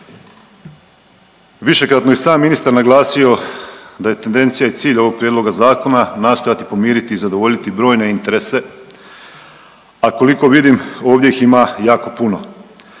Višekratno je i sam ministar naglasio da je tendencija i cilj ovog prijedloga zakona nastojati pomiriti i zadovoljiti brojne interese, a koliko vidim ovdje ih ima jako puno,